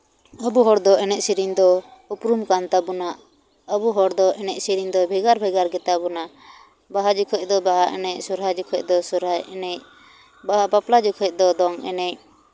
ᱟᱵᱚ ᱦᱚᱲᱫᱚ ᱮᱱᱮᱡ ᱥᱮᱨᱮᱧ ᱫᱚ ᱩᱯᱨᱩᱢ ᱠᱟᱱ ᱛᱟᱵᱚᱱᱟ ᱟᱵᱚ ᱦᱚᱲ ᱫᱚ ᱮᱱᱮᱡ ᱥᱮᱨᱮᱧ ᱫᱚ ᱵᱷᱮᱜᱟᱨ ᱵᱷᱮᱜᱟᱨ ᱜᱮᱛᱟᱵᱚᱱᱟ ᱵᱟᱦᱟ ᱡᱚᱠᱷᱚᱱ ᱫᱚ ᱵᱟᱦᱟ ᱮᱱᱮᱡ ᱥᱚᱨᱦᱟᱭ ᱡᱚᱠᱷᱚᱱ ᱫᱚ ᱥᱚᱨᱦᱟᱭ ᱮᱱᱮᱡ ᱵᱟᱯᱞᱟ ᱡᱚᱠᱷᱚᱱ ᱫᱚ ᱫᱚᱝ ᱮᱱᱮᱡ